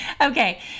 Okay